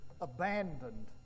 abandoned